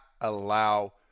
allow